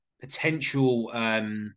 Potential